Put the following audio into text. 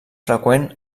freqüent